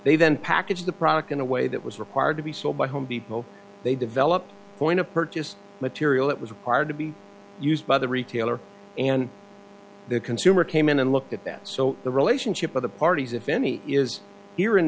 then package the product in a way that was required to be sold by home depot they develop a point of purchased material that was a part to be used by the retailer and the consumer came in and looked at that so the relationship of the parties if any is here in